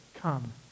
come